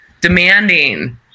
demanding